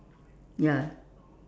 ya